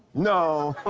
no.